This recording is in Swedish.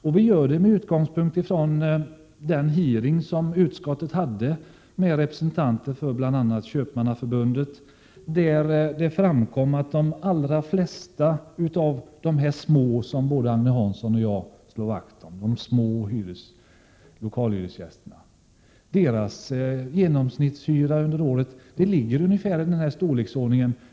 Det gör vi med utgångspunkt i den hearing utskottet hade med representanter för bl.a. Köpmannaförbundet, där det framkom att de allra flesta av de små lokalhyresgästerna, dem som både Agne Hansson och jag slår vakt om, hade en genomsnittshyra som vari den storleksordningen.